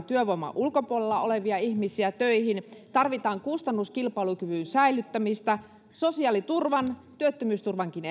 työvoiman ulkopuolella olevia ihmisiä töihin tarvitaan kustannuskilpailukyvyn säilyttämistä ja sosiaaliturvan ehkä työttömyysturvankin